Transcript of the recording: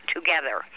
together